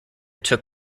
took